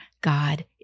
God